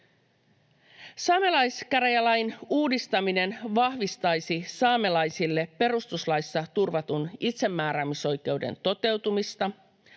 Saamelaiskäräjälain uudistaminen vahvistaisi saamelaisille perustuslaissa turvatun itsemääräämisoikeuden toteutumista,